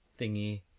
thingy